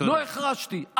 לא החרשתי.